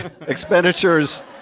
expenditures